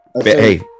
Hey